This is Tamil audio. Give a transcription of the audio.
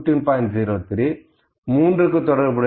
03 3க்கு தொடர்புடைய மதிப்பு 15